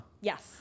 Yes